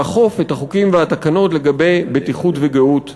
לאכוף את החוקים והתקנות לגבי בטיחות וגהות בעבודה.